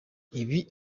ibi